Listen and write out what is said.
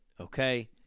Okay